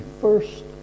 first